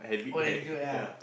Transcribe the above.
old ass dude ah